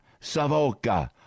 Savoca